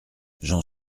j’en